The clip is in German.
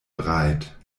breit